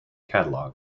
catalog